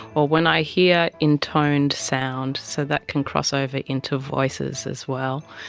or when i hear intoned sound, so that can crossover into voices as well.